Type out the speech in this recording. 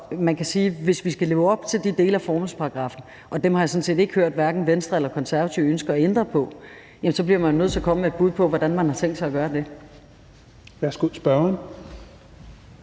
man kan sige, at hvis vi skal leve op til de dele af formålsparagraffen – og dem har jeg sådan set ikke hørt hverken Venstre eller Konservative ønsker at ændre på – bliver man nødt til at komme med et bud på, hvordan man har tænkt sig at gøre det.